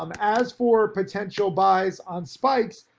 um as for potential buys on spikes,